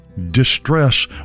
distress